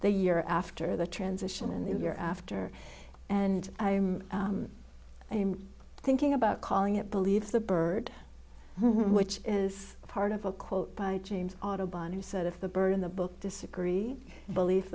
the year after the transition and the year after and i'm thinking about calling it believes the bird which is part of a quote by james autobahn he said if the bird in the book disagree belie